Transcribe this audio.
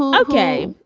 okay.